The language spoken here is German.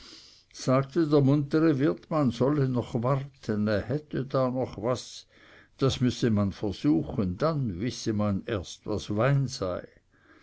sagte der muntere wirt man solle noch warten er hätte da noch was das müsse man versuchen dann wisse man erst was wein sei